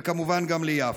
וכמובן גם ליפו.